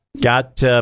Got